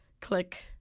Click